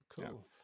cool